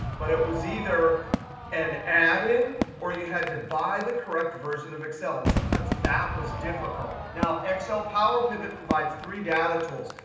but it was either and an add-in, or you had to buy the correct version of excel. and sometimes that was difficult. now, excel power pivot provides three data tools.